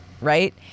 Right